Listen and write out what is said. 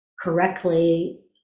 correctly